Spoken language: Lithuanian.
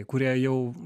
kurie jau